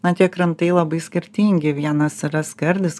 na tie krantai labai skirtingi vienas yra skardis